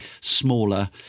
smaller